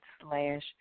slash